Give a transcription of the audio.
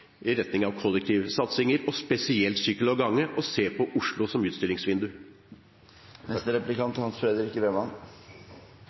i retning av kollektivsatsinger, og spesielt for sykkel og gange. Og se på Oslo som